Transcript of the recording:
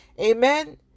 amen